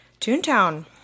Toontown